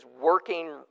working